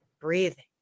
breathing